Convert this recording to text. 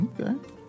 Okay